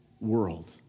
world